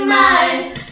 minds